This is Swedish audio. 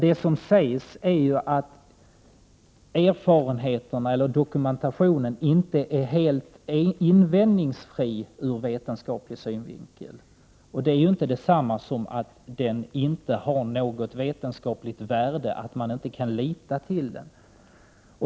Det som sägs är bara att dokumentationen inte är helt invändningsfri ur vetenskaplig synvinkel. Detta är inte detsamma som att den inte har något vetenskapligt värde eller att man inte kan lita på den.